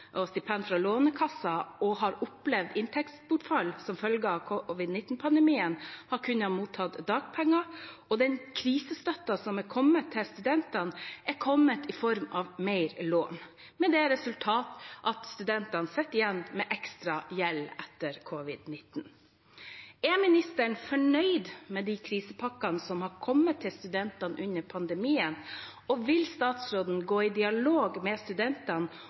og stipend fra Lånekassen og har opplevd inntektsbortfall som følge av covid-19-pandemien, har kunnet motta dagpenger, og den krisestøtten som har kommet til studentene, har kommet i form av mer lån, med det resultat at studentene sitter igjen med ekstra gjeld etter covid-19. Er ministeren fornøyd med de krisepakkene som har kommet til studentene under pandemien, og vil statsråden gå i dialog med studentene